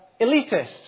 elitists